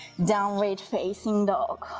downward facing dog,